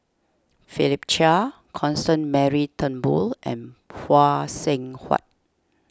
Philip Chia Constance Mary Turnbull and Phay Seng Whatt